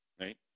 right